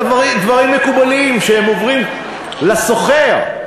אלה דברים מקובלים שעוברים לסוחר.